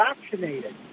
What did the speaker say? vaccinated